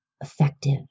effective